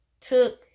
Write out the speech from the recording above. took